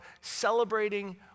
celebrating